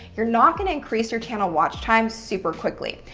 you're not going to increase your channel watch time super quickly.